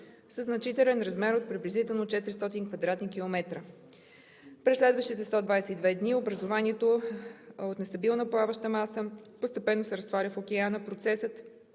със значителен размер от приблизително 400 кв. км. През следващите 122 дни образованието от нестабилна плаваща маса постепенно се разтваря в океана. Процесът